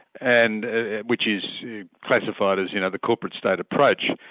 and which is classified as you know the corporate state approach,